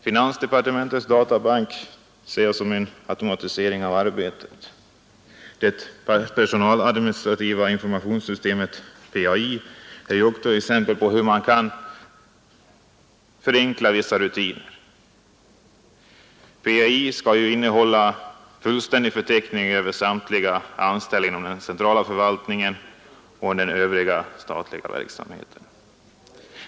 Finansdepartementets databank ser jag såsom en automatisering av arbetet. Det personaladministrativa informationssystemet PAI är också ett exempel på hur man kan förenkla vissa rutiner. PAI skall innehålla en fullständig förteckning över samtliga anställda inom den centrala förvaltningen och den övriga statliga verksamheten.